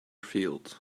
fields